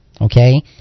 Okay